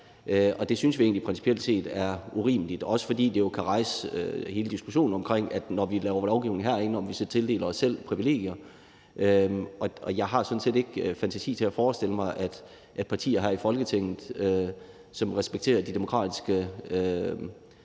Det synes vi egentlig principielt set er urimeligt, også fordi det jo kan rejse hele diskussionen om, at når vi laver lovgivning herinde, tildeler vi os selv privilegier. Jeg har sådan set ikke fantasi til at forestille mig, at partier her i Folketinget, som respekterer de demokratiske